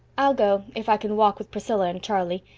i'll go, if i can walk with priscilla and charlie.